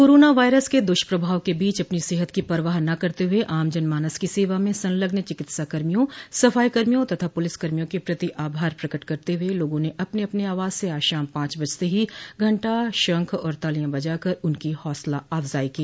corona virus के दुष्प्रभाव के बीच अपनी सेहत की परवाह न करते हुये आम जन मानस की सेवा में संलग्न चिकित्सा कर्मीयों सफाई कर्मियों तथा पलिस कर्मियों क प्रति आभार प्रकट करते हुये लोगों ने अपने अपने आवास से आज शाम पांच बजते ही घंटा और शंख बजाकर उनकी हौसला आफजाई की